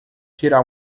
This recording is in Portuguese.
tirar